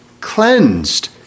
cleansed